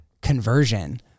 conversion